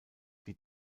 die